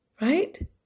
Right